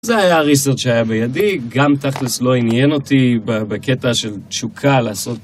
זה היה הריסטרץ' שהיה בידי, גם, תכל'ס, לא עניין אותי, בקטע של תשוקה, לעשות...